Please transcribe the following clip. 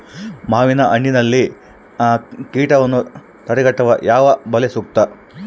ಮಾವಿನಹಣ್ಣಿನಲ್ಲಿ ಕೇಟವನ್ನು ತಡೆಗಟ್ಟಲು ಯಾವ ಬಲೆ ಸೂಕ್ತ?